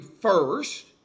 first